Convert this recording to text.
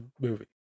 movie